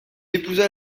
épousa